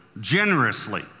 generously